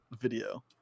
video